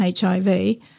HIV